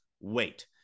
wait